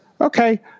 okay